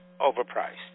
overpriced